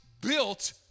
built